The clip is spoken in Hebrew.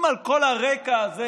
אם על כל הרקע הזה